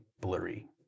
blurry